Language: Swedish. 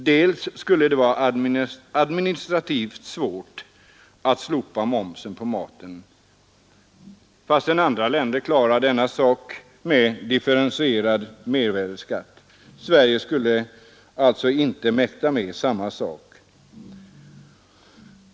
Dels skulle det vara administrativt svårt att slopa momsen på maten — fastän andra länder klarar denna sak med differentierad mervärdeskatt. Sverige skulle alltså inte mäkta med samma sak.